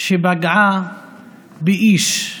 שפגעה באיש,